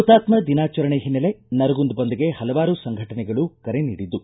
ಹುತಾತ್ನ ದಿನಾಚರಣೆ ಹಿನ್ನೆಲೆ ನರಗುಂದ ಬಂದ್ಗೆ ಹಲವಾರು ಸಮಘಟನೆಗಳು ಕರೆ ನಿಡಿದ್ದು